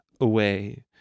away